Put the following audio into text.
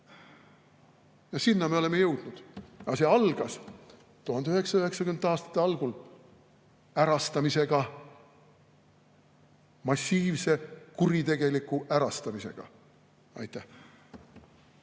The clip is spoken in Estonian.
Sinna me oleme jõudnud. Aga see algas 1990. aastate algul ärastamisest, massiivsest kuritegelikust ärastamisest. Riho